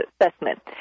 assessment